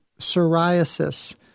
psoriasis